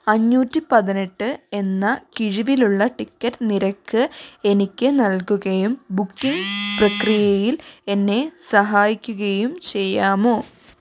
അഞ്ഞൂറ്റി പതിനെട്ട് എന്ന കിഴിവിലുള്ള ടിക്കറ്റ് നിരക്ക് എനിക്ക് നൽകുകയും ബുക്കിംഗ് പ്രക്രിയയിൽ എന്നെ സഹായിക്കുകയും ചെയ്യാമോ